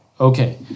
Okay